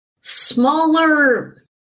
smaller